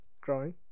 Growing